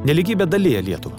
nelygybė dalija lietuvą